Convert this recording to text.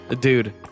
Dude